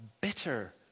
bitter